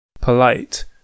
polite